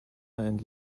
and